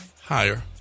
Higher